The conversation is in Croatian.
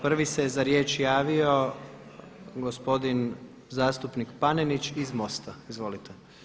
Prvi se za riječ javio gospodin zastupnik Panenić iz MOST-a, izvolite.